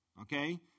okay